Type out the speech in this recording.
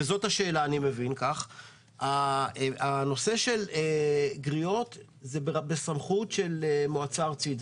ואני מבין שזאת השאלה הנושא של גריעות הוא בסמכות המועצה הארצית,